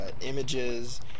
images